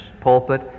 pulpit